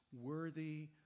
worthy